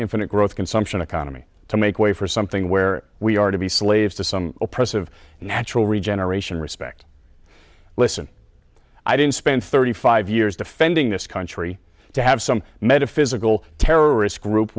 infinite growth consumption economy to make way for something where we are to be slaves to some oppressive and natural regeneration respect listen i didn't spend thirty five years defending this country to have some metaphysical terrorist group